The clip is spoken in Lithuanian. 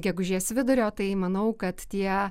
gegužės vidurio tai manau kad tie